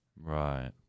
Right